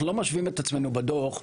אנחנו לא משווים את עצמנו בדוח לגרמניה,